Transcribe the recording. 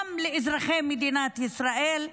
גם לאזרחי מדינת ישראל,